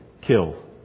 kill